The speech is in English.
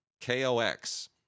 K-O-X